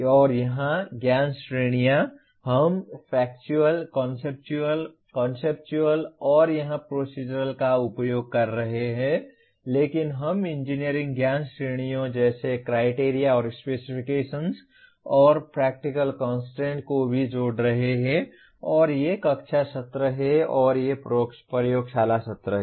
और यहां ज्ञान श्रेणियां हम फैक्चुअल कॉन्सेप्चुअल कॉन्सेप्चुअल और यहां प्रोसीज़रल का उपयोग कर रहे हैं लेकिन हम इंजीनियरिंग ज्ञान श्रेणियों जैसे क्राइटेरिया और स्पेसिफिकेशन्स और प्रैक्टिकल कंस्ट्रेंट्स को भी जोड़ रहे हैं और ये कक्षा सत्र हैं और ये प्रयोगशाला सत्र हैं